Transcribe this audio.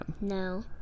No